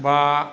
बा